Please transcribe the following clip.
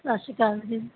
ਸਤਿ ਸ਼੍ਰੀ ਅਕਾਲ ਜੀ